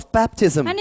baptism